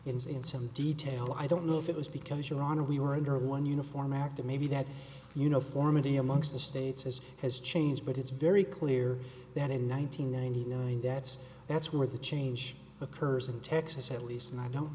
is in some detail i don't know if it was because your honor we were under one uniform act it may be that uniformity amongst the states as has changed but it's very clear that in one thousand nine hundred ninety nine that's that's where the change occurs in texas at least and i don't